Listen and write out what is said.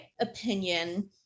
opinion